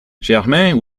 germain